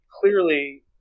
Clearly